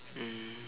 mm